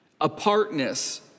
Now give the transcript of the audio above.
Apartness